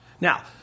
now